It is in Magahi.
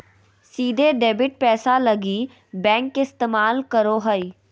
सीधे डेबिट पैसा लगी बैंक के इस्तमाल करो हइ